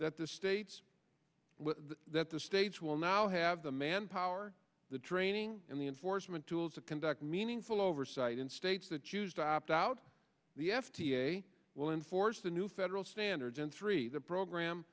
that the states that the states will now have the manpower the training and the enforcement tools to conduct meaningful oversight in states that choose to opt out the f d a will enforce the new federal standards and three the program